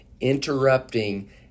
interrupting